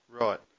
Right